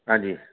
हां जी